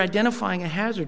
identifying a hazard